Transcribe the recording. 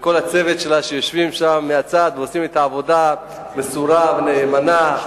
וכל הצוות שלה שיושבים שם ומהצד עושים עבודה מסורה ונאמנה,